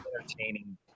entertaining